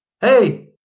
Hey